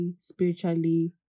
spiritually